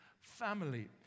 family